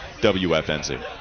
wfnz